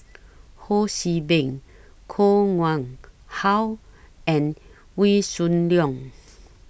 Ho See Beng Koh Nguang How and Wee Soon Leong